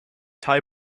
tai